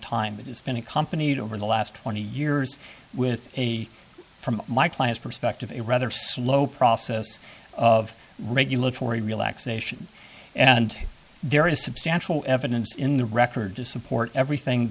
time but it's been accompanied over the last twenty years with a from my client's perspective a rather slow process of regulatory relaxation and there is substantial evidence in the record to support everything